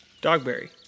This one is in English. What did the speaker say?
Dogberry